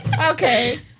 Okay